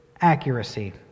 accuracy